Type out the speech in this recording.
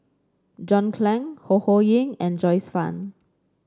John Clang Ho Ho Ying and Joyce Fan